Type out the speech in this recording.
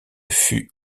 fut